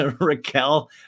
Raquel